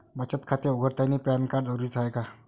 बचत खाते उघडतानी पॅन कार्ड जरुरीच हाय का?